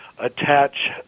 attach